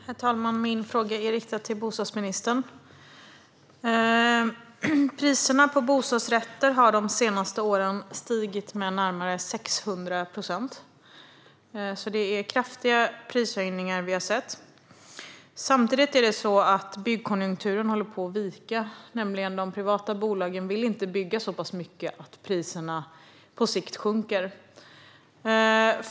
Herr talman! Jag riktar min fråga till bostadsministern. Priserna på bostadsrätter har stigit med närmare 600 procent under de senaste åren. Det är alltså kraftiga prishöjningar som vi har sett. Samtidigt håller byggkonjunkturen på att vika. De privata bolagen vill inte bygga så mycket att priserna på sikt sjunker.